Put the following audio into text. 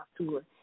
tour